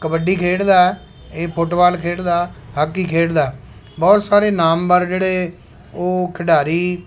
ਕਬੱਡੀ ਖੇਡਦਾ ਇਹ ਫੁੱਟਬਾਲ ਖੇਡਦਾ ਹਾਕੀ ਖੇਡਦਾ ਬਹੁਤ ਸਾਰੇ ਨਾਮਵਰ ਜਿਹੜੇ ਉਹ ਖਿਡਾਰੀ